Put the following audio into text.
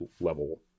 level